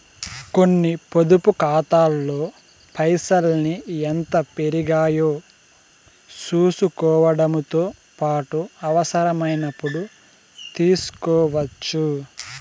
కొన్ని పొదుపు కాతాల్లో పైసల్ని ఎంత పెరిగాయో సూసుకోవడముతో పాటు అవసరమైనపుడు తీస్కోవచ్చు